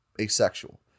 asexual